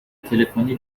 تلفنی